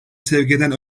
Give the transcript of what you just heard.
sevkeden